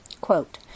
Quote